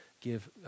give